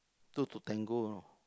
two to tango you know